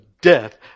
death